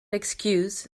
excuse